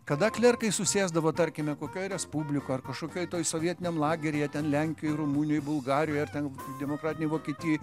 kada klerkai susėsdavo tarkime kokioj respublikoj ar kažkokioj toj sovietiniam lageryje ten lenkijoj rumunijoj bulgarijoj ar ten demokratinėj vokietijoj